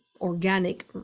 organic